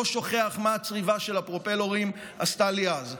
לא שוכח מה הצריבה של ה"פרופלורים" עשתה לי אז.